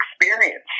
experience